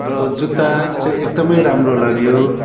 र जुत्ता चाहिँ एकदमै राम्रो लाग्यो